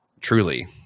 truly